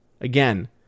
Again